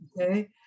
Okay